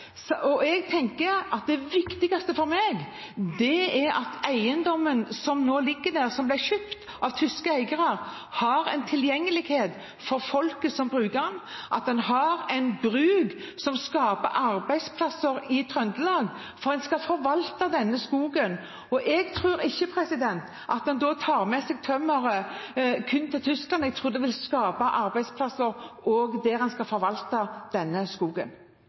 Jeg tenker at det viktigste for meg er at eiendommen som nå ligger der, som ble kjøpt av tyske eiere, har en tilgjengelighet for folket som bruker den, at den har en bruk som skaper arbeidsplasser i Trøndelag, for en skal forvalte denne skogen. Jeg tror ikke at en tar med seg tømmeret kun til Tyskland. Jeg tror det vil skape arbeidsplasser også der en skal forvalte denne skogen.